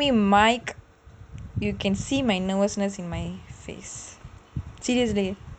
if you give me mike you can see my nervousness in my face seriously